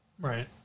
Right